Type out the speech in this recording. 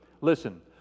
Listen